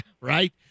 right